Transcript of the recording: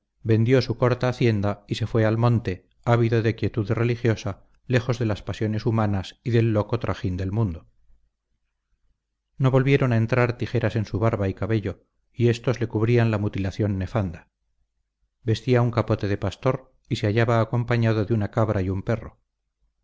vendió su corta hacienda y se fue al monte ávido de quietud religiosa lejos de las pasiones humanas y del loco trajín del mundo no volvieron a entrar tijeras en su barba y cabello y éstos le cubrían la mutilación nefanda vestía un capote de pastor y se hallaba acompañado de una cabra y un perro